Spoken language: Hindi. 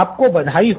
आपको बधाई हो